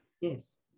Yes